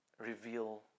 reveal